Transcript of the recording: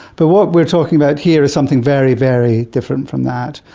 but what we're talking about here is something very, very different from that.